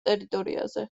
ტერიტორიაზე